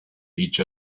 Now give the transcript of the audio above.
each